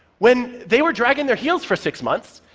when they were dragging their heels for six months,